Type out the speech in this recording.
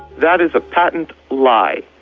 that is a patent lie.